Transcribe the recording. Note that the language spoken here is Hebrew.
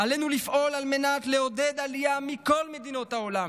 עלינו לפעול על מנת לעודד עלייה מכל מדינות העולם.